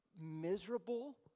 miserable